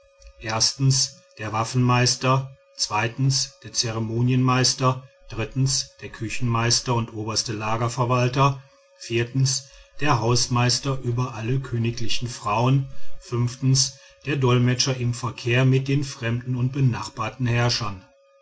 der waffenmeister der zeremonienmeister der küchenmeister und oberste lagerverwalter der hausmeister über alle königlichen frauen der dolmetsch im verkehr mit den fremden und benachbarten herrschern